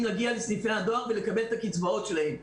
להגיע לסניפי הדואר ולקבל את הקצבאות שלהם.